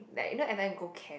like you know every time go camp